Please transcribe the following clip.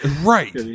right